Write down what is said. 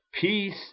peace